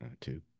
Two